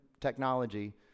technology